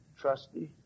trusty